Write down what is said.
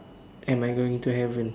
am I going to heaven